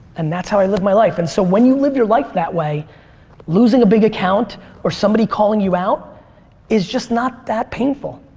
and that's how i live my life and so when you live your life that way losing a big account or somebody calling you out is just not that painful.